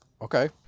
okay